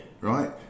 right